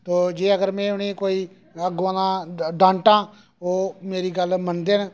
ते जे में उ'नेंगी कोई अग्गुआं दा डांटां ओह् मेरी गल्ल मनदे न